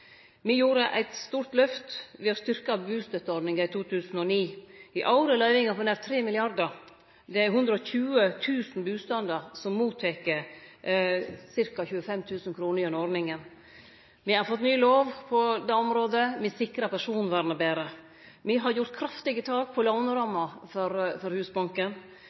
Me gjorde eit stort lyft ved å styrkje bustønadordninga i 2009. I år er løyvingane på nær 3 mrd. kr. Det er 120 000 husstandar som mottek ca. 25 000 kr gjennom denne ordninga. Me har fått ny lov på dette området. Me sikrar personvernet betre. Me har gjort kraftige tak for låneramma for Husbanken.